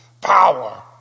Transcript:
power